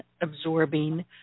absorbing